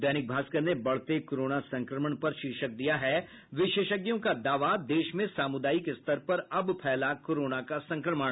दैनिक भास्कर ने कोरोना संक्रमण पर लिखा है विशेषज्ञों का दावा देश में सामुदायिक स्तर पर अब फैला कोरोना का संक्रमण